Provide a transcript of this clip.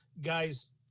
guys